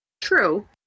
True